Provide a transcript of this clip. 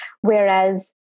Whereas